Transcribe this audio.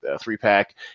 three-pack